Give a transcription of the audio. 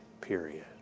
period